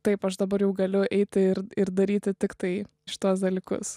taip aš dabar jau galiu eiti ir ir daryti tik tai šituos dalykus